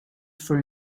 for